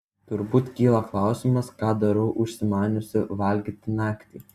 turbūt kyla klausimas ką darau užsimaniusi valgyti naktį